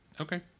Okay